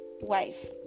wife